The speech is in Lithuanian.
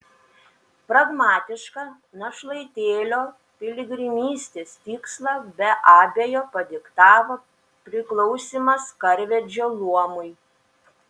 pragmatišką našlaitėlio piligrimystės tikslą be abejo padiktavo priklausymas karvedžio luomui